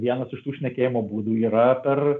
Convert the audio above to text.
vienas iš tų šnekėjimo būdų yra per